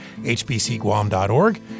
hbcguam.org